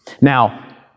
Now